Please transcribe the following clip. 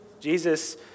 Jesus